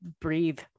breathe